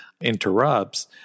interrupts